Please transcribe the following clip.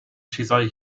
چیزای